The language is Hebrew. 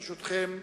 ברשותכם,